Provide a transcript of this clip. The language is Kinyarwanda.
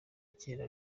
kera